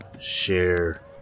share